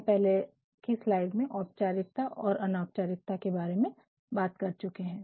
हम पहले कि स्लाइड में औपचारिकता और अनौपचारिकता के बारे में बात कर चुके हैं